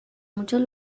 muchos